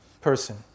person